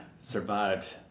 survived